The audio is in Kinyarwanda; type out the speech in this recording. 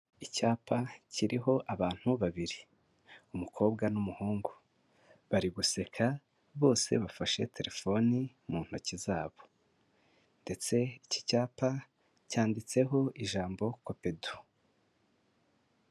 Icyapa kiriho abantu babiri, umukobwa n'umuhungu, bari guseka, bose bafashe telefoni mu ntoki zabo ndetse iki cyapa cyanditseho ijambo copedu.